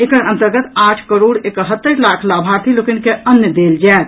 एकर अंतर्गत आठ करोड एकहत्तरि लाख लाभार्थी लोकनि के अन्न देल जायत